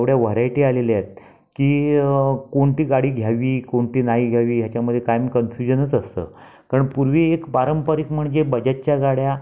एवढ्या व्हरायटी आलेल्या आहेत की कोणती गाडी घ्यावी कोणती नाही घ्यावी ह्याच्यामध्ये कायम कन्फ्युजनच असतं कारण पूर्वी एक पारंपरिक म्हणजे बजाजच्या गाड्या